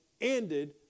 ended